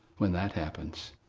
when that happens,